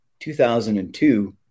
2002